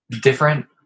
different